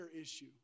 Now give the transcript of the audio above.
issue